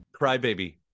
Crybaby